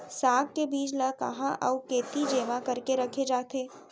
साग के बीज ला कहाँ अऊ केती जेमा करके रखे जाथे?